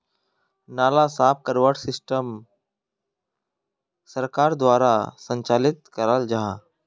नाला साफ करवार सिस्टम सरकार द्वारा संचालित कराल जहा?